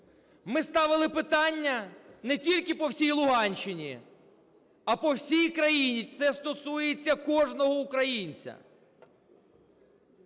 Ми ставили питання не тільки по всій Луганщині, а по всій країні. Це стосується кожного українця.